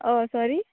हय सॉरी